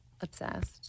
Obsessed